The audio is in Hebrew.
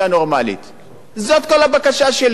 וזה לא משנה כרגע ההישגים שלי פה וההישגים שלי שם.